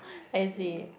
I see